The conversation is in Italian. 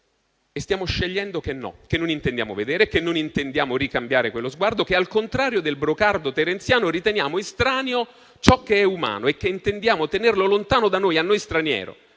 e stiamo scegliendo che non intendiamo vedere, che non intendiamo ricambiare quello sguardo e che, al contrario del brocardo terenziano, riteniamo estraneo ciò che è umano e che intendiamo tenerlo lontano da noi, a noi straniero.